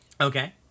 Okay